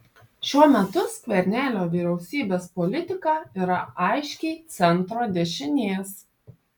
šiuo metu skvernelio vyriausybės politika yra aiškiai centro dešinės